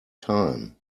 time